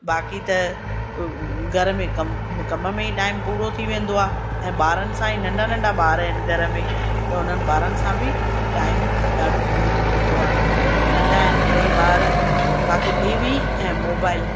बाक़ी त घर में कमु कम में ई टाइम पूरो थी वेंदो आहे ऐं ॿारनि सां ई नंढा नंढा ॿार आहिनि घर में त हुननि ॿारनि सां बि टाइम ॾाढो पूरो थी वेंदो आहे नंढा आहिनि टे ॿार बाक़ी टीवी ऐं मोबाइल